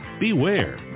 beware